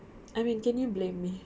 I mean can you blame me